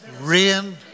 Rain